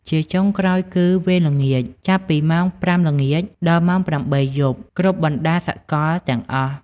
ជាចុងក្រោយគឺ វេនល្ងាច ចាប់ពីម៉ោង ៥ ល្ងាច ដល់ម៉ោង ៨ យប់ គ្រប់បណ្ដាសកលទាំងអស់។